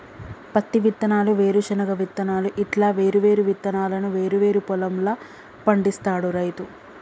పత్తి విత్తనాలు, వేరుశన విత్తనాలు ఇట్లా వేరు వేరు విత్తనాలను వేరు వేరు పొలం ల పండిస్తాడు రైతు